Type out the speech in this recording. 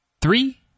three